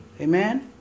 Amen